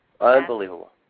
Unbelievable